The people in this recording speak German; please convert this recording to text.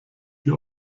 die